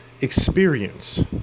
experience